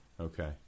okay